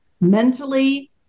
mentally